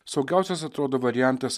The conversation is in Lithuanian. saugiausias atrodo variantas